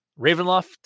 Ravenloft